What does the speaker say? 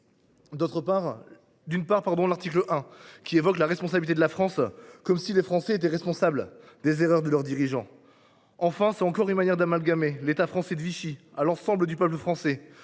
D’une part, l’article 1 évoque « la responsabilité de la France », comme si les Français étaient responsables des erreurs de leurs dirigeants. C’est encore une manière d’amalgamer l’État français du régime de Vichy à l’ensemble du peuple français,